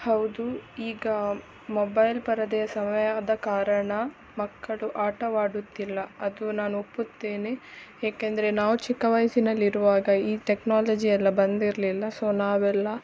ಹೌದು ಈಗ ಮೊಬೈಲ್ ಪರದೆ ಸಮಯ ಆದ ಕಾರಣ ಮಕ್ಕಳು ಆಟವಾಡುತ್ತಿಲ್ಲ ಅದು ನಾನು ಒಪ್ಪುತ್ತೇನೆ ಏಕೆಂದರೆ ನಾವು ಚಿಕ್ಕ ವಯಸ್ಸಿನಲ್ಲಿರುವಾಗ ಈ ಟೆಕ್ನಾಲಜಿ ಎಲ್ಲ ಬಂದಿರಲಿಲ್ಲ ಸೊ ನಾವೆಲ್ಲ